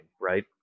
right